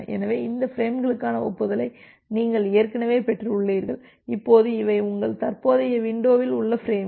எனவே இந்த பிரேம்களுக்கான ஒப்புதலை நீங்கள் ஏற்கனவே பெற்றுள்ளீர்கள் இப்போது இவை உங்கள் தற்போதைய விண்டோவில் உள்ள பிரேம்கள்